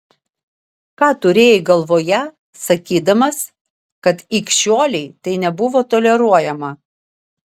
ką turėjai galvoje sakydamas kad ikšiolei tai nebuvo toleruojama